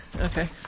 Okay